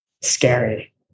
scary